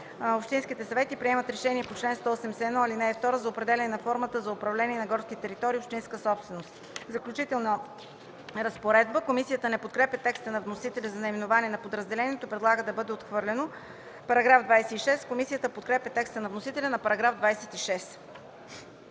общинските съвети приемат решение по чл. 181, ал. 2 за определяне на формата на управление на горските територии – общинска собственост.” „Заключителна разпоредба”. Комисията не подкрепя текста на вносителя за наименованието на подразделението и предлага да бъде отхвърлено. Комисията подкрепя текста на вносителя за § 26.